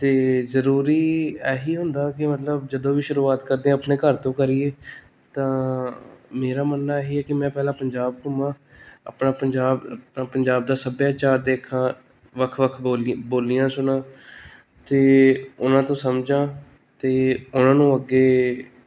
ਅਤੇ ਜ਼ਰੂਰੀ ਇਹੀ ਹੁੰਦਾ ਕਿ ਮਤਲਬ ਜਦੋਂ ਵੀ ਸ਼ੁਰੂਆਤ ਕਰਦੇ ਹਾਂ ਆਪਣੇ ਘਰ ਤੋਂ ਕਰੀਏ ਤਾਂ ਮੇਰਾ ਮੰਨਣਾ ਇਹੀ ਹੈ ਕਿ ਮੈਂ ਪਹਿਲਾਂ ਪੰਜਾਬ ਘੁੰਮਾਂ ਆਪਣਾ ਪੰਜਾਬ ਪੰਜਾਬ ਦਾ ਸੱਭਿਆਚਾਰ ਦੇਖਾਂ ਵੱਖ ਵੱਖ ਬੋਲੀ ਬੋਲੀਆਂ ਸੁਣਾ ਅਤੇ ਉਹਨਾਂ ਤੋਂ ਸਮਝਾਂ ਅਤੇ ਉਹਨਾਂ ਨੂੰ ਅੱਗੇ